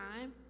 time